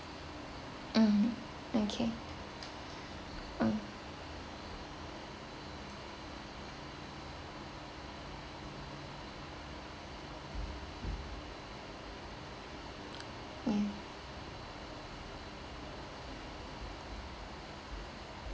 um okay um ya